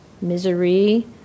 misery